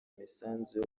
imisanzu